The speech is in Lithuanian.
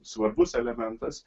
svarbus elementas